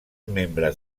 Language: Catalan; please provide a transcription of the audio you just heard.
membres